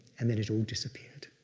and then it all disappeared.